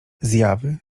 zjawy